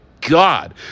God